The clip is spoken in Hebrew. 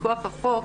מכוח החוק,